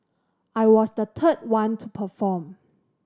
I was the third one to perform